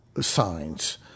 signs